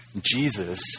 Jesus